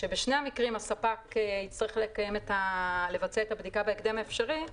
כשבשני המקרים הספק יצטרך לבצע את הבדיקה בהקדם האפשרי,